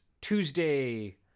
tuesday